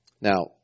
Now